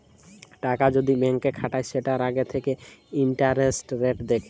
টাকা যদি ব্যাংকে খাটায় সেটার আগে থাকে ইন্টারেস্ট রেট দেখে